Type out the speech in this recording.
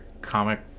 comic